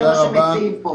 זה מה שמציעים פה.